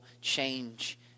change